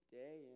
day